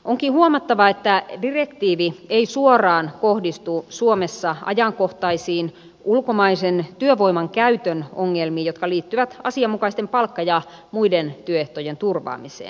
onkin huomattava että direktiivi ei suoraan kohdistu suomessa ajankohtaisiin ulkomaisen työvoiman käytön ongelmiin jotka liittyvät asianmukaisten palkka ja muiden työehtojen turvaamiseen